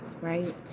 right